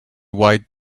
white